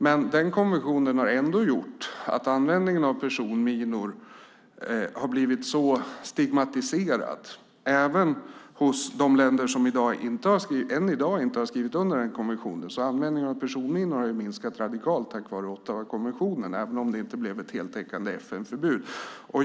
Men den konventionen har ändå gjort att användningen av personminor har blivit så stigmatiserad, även hos de länder som än i dag inte har skrivit under den konventionen, att användningen av personminor har minskat radikalt tack vare Ottawakonventionen även om det inte blev ett heltäckande FN-förbud.